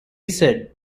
said